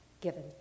given